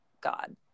God